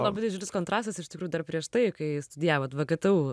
labai didelis kontrastas iš tikrųjų dar prieš tai kai studijavot vgtu